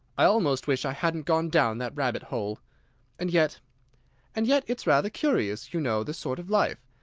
i almost wish i hadn't gone down that rabbit-hole and yet and yet it's rather curious, you know, this sort of life!